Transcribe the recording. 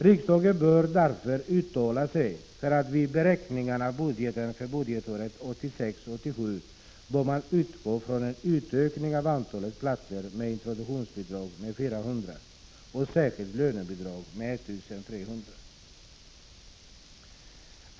Riksdagen bör därför uttala sig för att man vid beräkningarna av budgeten för budgetåret 1986/87 bör utgå från en utökning av antalet platser med introduktionsbidrag med 400 och med särskilt lönebidrag med 1 300.